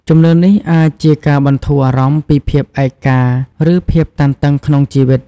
ជំនឿនេះអាចជាការបន្ធូរអារម្មណ៍ពីភាពឯកា ឬភាពតានតឹងក្នុងជីវិត។